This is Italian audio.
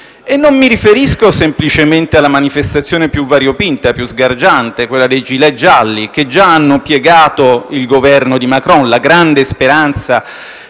Non mi riferisco semplicemente alla manifestazione più variopinta e più sgargiante, quella dei *gilet* gialli, che già hanno piegato il Governo di Macron, la grande speranza